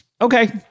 Okay